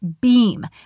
beam